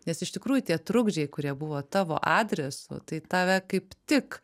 nes iš tikrųjų tie trukdžiai kurie buvo tavo adresu tai tave kaip tik